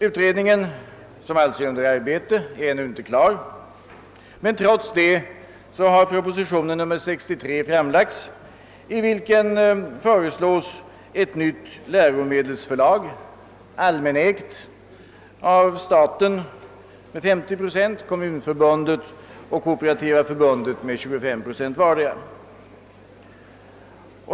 Utredningen är ännu inte klar, men trots detta har proposition nr 63 framlagts, i vilken föreslås ett nytt allmänägt läromedelsförlag, ägt till 50 procent av staten och till 25 procent av vartdera kommunförbundet och Kooperativa förbundet.